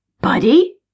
Buddy